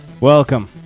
Welcome